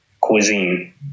cuisine